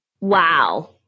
Wow